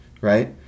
right